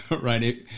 right